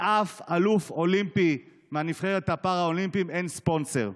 לאף אלוף אולימפי מהנבחרת הפראלימפית אין ספונסר.